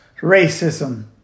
racism